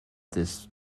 this